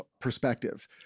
perspective